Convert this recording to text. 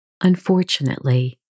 unfortunately